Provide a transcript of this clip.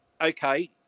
Okay